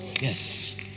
yes